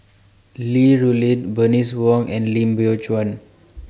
Li Rulin Bernice Wong and Lim Biow Chuan